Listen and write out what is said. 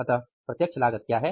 अतः प्रत्यक्ष लागत क्या है